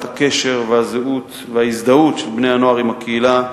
הקשר וההזדהות של בני-הנוער עם הקהילה